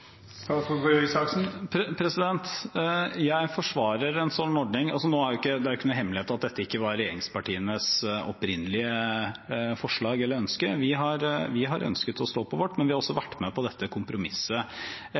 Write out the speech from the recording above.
en slik ordning? Nå er det ikke noen hemmelighet at dette ikke var regjeringspartienes opprinnelige forslag eller ønske. Vi har ønsket å stå på vårt, men vi har også